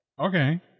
okay